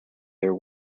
their